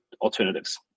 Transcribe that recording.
alternatives